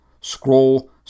scroll